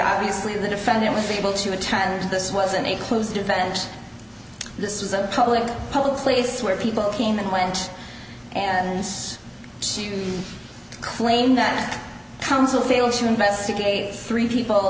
obviously the defendant with able to attend to this was in a closed event this was a public public place where people came and went and it's claimed that council failed to investigate three people